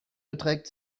beträgt